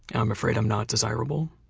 i'm afraid i'm not desirable.